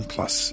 Plus